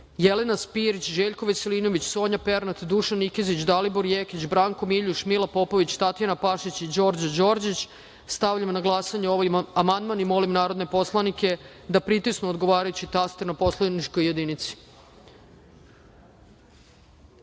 Jelena Spirić, Željko Veselinović, Sonja Pernat, Dušan Nikezić, Dalibor Jekić, Branko Miljuš, Mila Popović, Tatjana Pašić i Đorđo Đorđić. Stavljam na glasanje ovaj amandman. Molim narode poslanike da pritisnu odgovarajući taster na poslaničkoj